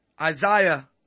Isaiah